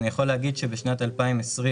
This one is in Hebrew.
אני יכול להגיד שבשנת 2020,